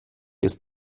ist